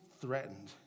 threatened